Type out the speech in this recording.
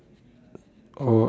oh